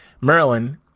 Maryland